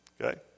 Okay